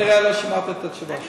את כנראה לא שמעת את התשובה שלי.